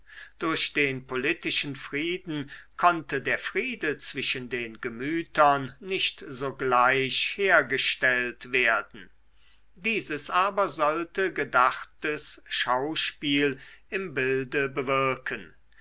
durch den politischen frieden konnte der friede zwischen den gemütern nicht sogleich hergestellt werden dieses aber sollte gedachtes schauspiel im bilde bewirken